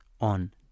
on